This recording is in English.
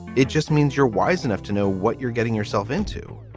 it just means you're wise enough to know what you're getting yourself into.